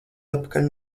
atpakaļ